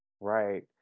Right